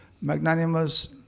magnanimous